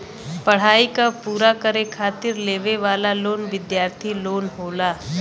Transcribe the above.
पढ़ाई क पूरा करे खातिर लेवे वाला लोन विद्यार्थी लोन होला